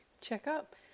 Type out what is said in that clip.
checkup